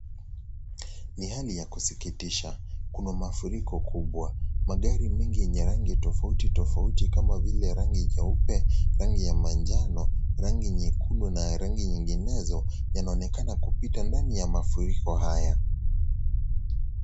Ni hali ya kusikitisha Kuna mafuriko kubwa magari mengi yenye rangi tofauti tofauti kama vile rangi nyeupe rangi ya manjano rangi nyekundu na rangi nyinginezo yanaonekana kupita ndani ya mafuriko haya.